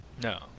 No